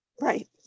right